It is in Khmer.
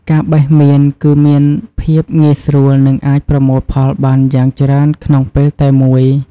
ការបេះមៀនគឺមានភាពងាយស្រួលនិងអាចប្រមូលផលបានយ៉ាងច្រើនក្នុងពេលតែមួយ។